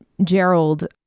Gerald